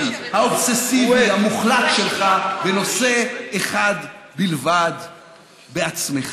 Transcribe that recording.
האובססיבי המוחלט שלך בנושא אחד בלבד: בעצמך,